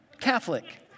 Catholic